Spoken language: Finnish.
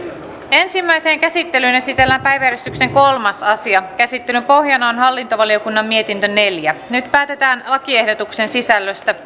ensimmäiseen käsittelyyn esitellään päiväjärjestyksen kolmas asia käsittelyn pohjana on hallintovaliokunnan mietintö neljä nyt päätetään lakiehdotuksen sisällöstä